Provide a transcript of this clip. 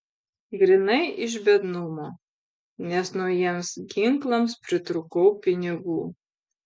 grynai iš biednumo nes naujiems ginklams pritrūkau pinigų